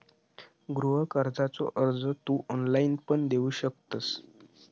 गृह कर्जाचो अर्ज तू ऑनलाईण पण देऊ शकतंस